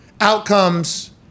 outcomes